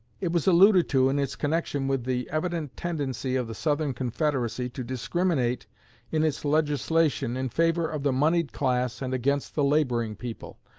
it was alluded to in its connection with the evident tendency of the southern confederacy to discriminate in its legislation in favor of the moneyed class and against the laboring people.